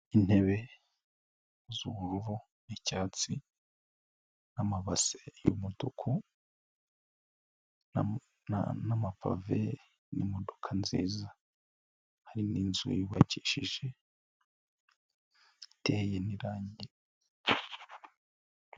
Intebe z'ubururu n'icyatsi n'amabase y'umutuku n'amapave n'imodoka nziza, hari n'inzu yubakishije iteye n'irangi.